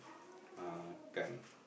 makan